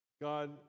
God